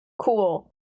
Cool